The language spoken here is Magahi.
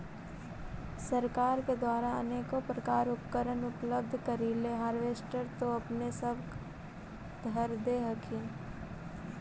सरकार के द्वारा अनेको प्रकार उपकरण उपलब्ध करिले हारबेसटर तो अपने सब धरदे हखिन?